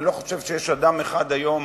אני לא חושב שיש אדם אחד היום,